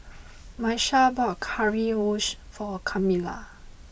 Miesha bought Currywurst for Camilla